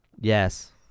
Yes